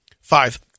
Five